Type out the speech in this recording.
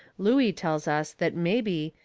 looey tells us that mebby,